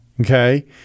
Okay